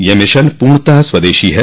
यह मिशन पूर्णतः स्वदेशी है